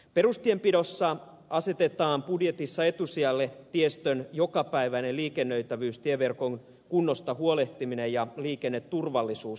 perustienpidossa asetetaan budjetissa etusijalle tiestön jokapäiväinen liikennöitävyys tieverkon kunnosta huolehtiminen ja liikenneturvallisuus